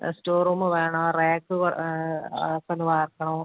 store room വേണം rack വ് അതൊക്കെ ഒന്ന് വാർക്കണം